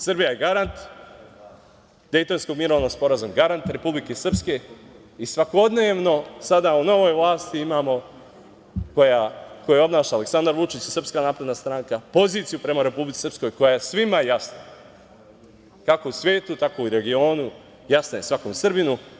Srbija je garant Dejtonskog mirovnog sporazuma, garant Republike Srpske i svakodnevno sada u novoj vlasti imamo, koju obnaša Aleksandar Vučić i SNS, poziciju prema Republici Srpskoj, koja je svima jasna, kako u svetu, tako u regionu, jasna je svakom Srbinu.